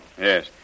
Yes